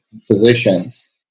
physicians